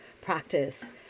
practice